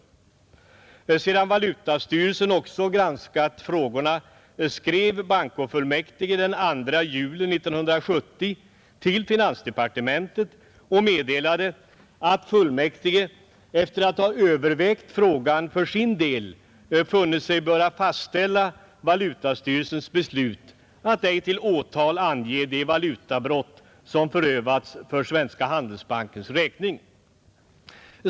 När sedan valutastyrelsen också granskat frågorna, skrev bankofullmäktige den 2 juli 1970 till finansdepartementet och meddelade att fullmäktige efter att ha övervägt frågan för sin del funnit sig böra fastställa valutastyrelsens beslut att ej till åtal ange de valutabrott som förövats för Svenska handelsbankens räkning.